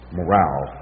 morale